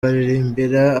baririmbira